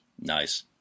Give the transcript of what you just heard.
Nice